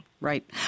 Right